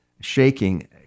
shaking